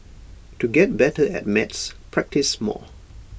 to get better at maths practise more